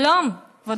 שלום, כבוד